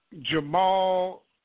Jamal